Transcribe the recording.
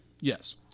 Yes